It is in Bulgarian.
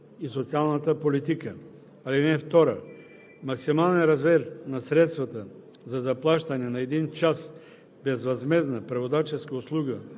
и социалната политика. (2) Максималният размер на средствата за заплащане на един час безвъзмездна преводаческа услуга